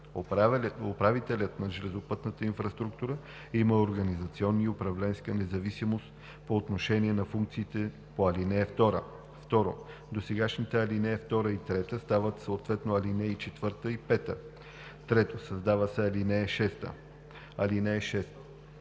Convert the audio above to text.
Управителят на железопътната инфраструктура има организационна и управленска независимост по отношение на функциите по ал. 2.“ 2. Досегашните ал. 2 и 3 стават съответно ал. 4 и 5. 3. Създава се ал. 6: